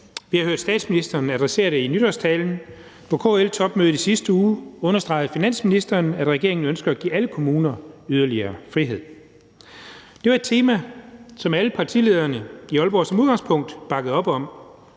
Vi har hørt statsministeren adressere det i nytårstalen. På KL-topmødet i sidste uge understregede finansministeren, at regeringen ønsker at give alle kommuner yderligere frihed. Det var et tema, som alle partilederne i Aalborg som udgangspunkt bakkede op om,